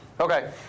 Okay